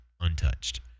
untouched